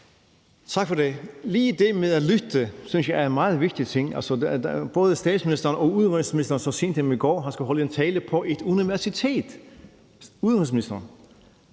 Tak for det. Lige det med at lytte synes jeg er en meget vigtig ting. Både statsministeren og udenrigsministeren skulle så sent som i går holde en tale på et universitet. Udenrigsministeren